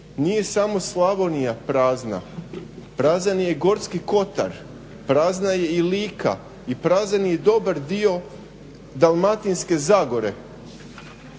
Nije samo Slavonija prazna, prazan je i Gorski Kotar, prazna je i Lika i prazan je i dobar dio Dalmatinske Zagore